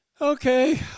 okay